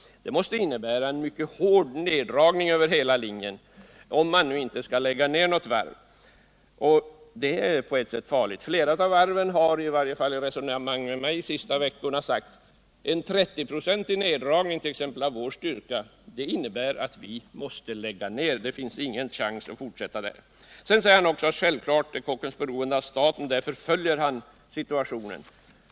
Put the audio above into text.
Det måste innebära en mycket hård neddragning över hela linjen, om man nu inte skall lägga ned något varv, vilket på ett sätt är farligt. Från flera av varven har man i varje fall vid resonemang med mig under de senaste veckorna sagt: En 30 procentig neddragning av vår styrka innebär att vi måste lägga ned. Det finns ingen chans att fortsätta. Sedan säger herr Åsling också att Kockums självklart är beroende av staten. Därför följer han situationen.